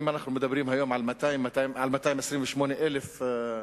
אם אנחנו מדברים היום על 228,000 מובטלים,